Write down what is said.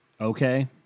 Okay